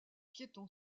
piéton